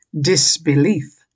disbelief